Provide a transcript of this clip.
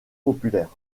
populaires